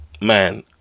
man